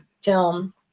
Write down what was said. film